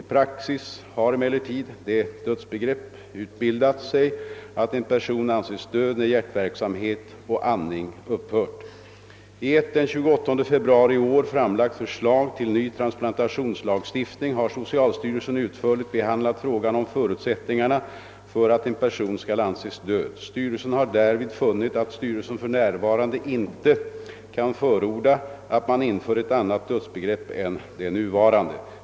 I praxis har emellertid det dödsbegreppet utbildat sig att en person anses död när hjärtverksamhet och andning upphört. I ett den 28 februari i år framlagt förslag till ny transplantationslagstiftning har socialstyrelsen utförligt behandlat frågan om förutsättningarna för att en person skall anses död. Styrelsen har därvid funnit att styrelsen för närvarande inte kan förorda att man inför ett annat dödsbegrepp än det nuvarande.